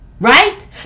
Right